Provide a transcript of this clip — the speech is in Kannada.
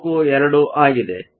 42 ಆಗಿದೆ